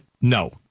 no